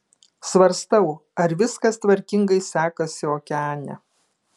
svarstau ar viskas tvarkingai sekasi okeane